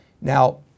Now